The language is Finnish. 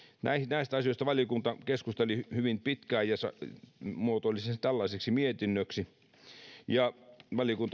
näistä asioista valiokunta keskusteli hyvin pitkään ja muotoili ne tällaiseksi mietinnöksi valiokunta oli